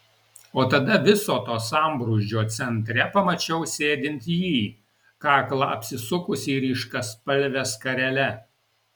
o tada viso to sambrūzdžio centre pamačiau sėdint jį kaklą apsisukusį ryškiaspalve skarele